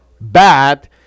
bad